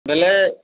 ବୋଲେ